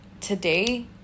today